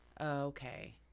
okay